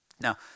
Now